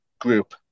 group